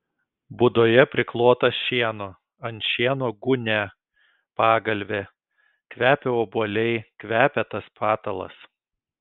būdoje priklota šieno ant šieno gūnia pagalvė kvepia obuoliai kvepia tas patalas